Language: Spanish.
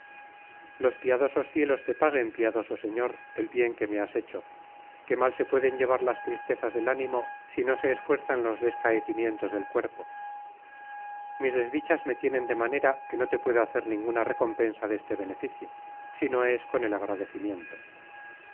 los piadosos cielos te paguen piadoso señor el bien que me has hecho que mal se pueden llevar las tristezas del ánimo si no se esfuerzan los descaecimientos del cuerpo mis desdichas me tienen de manera que no te puedo hacer ninguna recompensa deste beneficio sino es con el agradecimiento